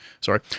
Sorry